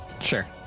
Sure